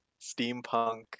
steampunk